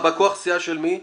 בא כוח סיעה של מי?